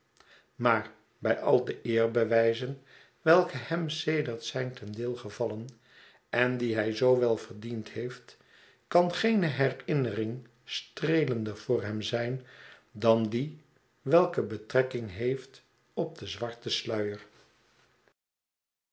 maar bij al de eerbewijzen welke hem sedert zijn ten deel gevallen en die hij zoo wel verdiend heeft kan geene herinnering streelender voor hern zijn dan die welke betrekking heeft op den